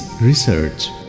research